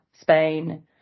Spain